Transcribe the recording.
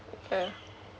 okay